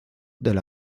del